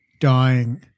dying